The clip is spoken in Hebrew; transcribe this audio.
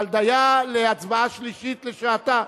אבל דיה להצבעה שלישית בשעתה.